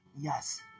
Yes